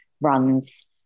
runs